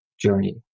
journey